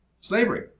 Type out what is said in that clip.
Slavery